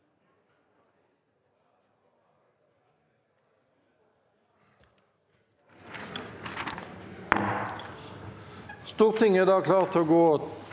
Stortinget er da klar til å gå